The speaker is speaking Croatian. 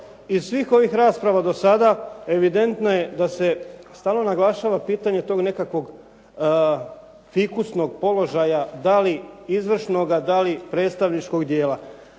iz svih ovih rasprava do sada evidentno je da se stalno naglašava pitanje tog nekakvog fikusnog položaja, da li izvršnoga, da li predstavničkog dijela.